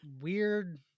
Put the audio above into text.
weird